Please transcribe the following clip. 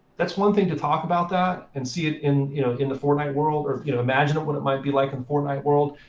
that's one thing to talk about that, and see it in you know in the fortnite world, or you know imagining what it might be like in the fortnite world.